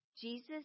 Jesus